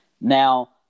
Now